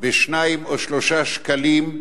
ב-2 או 3 שקלים,